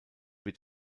wird